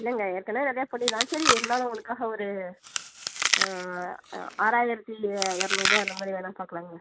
இல்லைங்க ஏற்கனவே நிறையா பண்ணிர்லாம் சரி இருந்தாலும் உங்களுக்காக ஒரு ஆ ஆறாயிரத்து இறநூற் ரூவா இந்த மாதிரி வேணா பார்க்கலாங்க